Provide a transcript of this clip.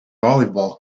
volleyball